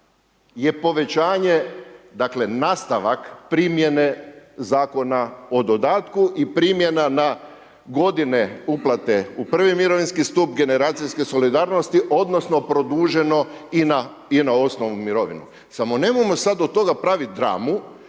je povećanje dakle nastavak primjene Zakona o dodatku i primjena na godine uplate u prvi mirovinski stup generacijske solidarnosti odnosno produženo i na osnovnu mirovinu. Samo nemojmo sad od toga praviti dramu